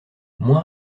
moins